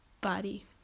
body